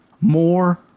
more